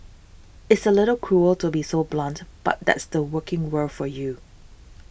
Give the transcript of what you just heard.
it's a little cruel to be so blunt but that's the working world for you